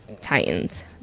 Titans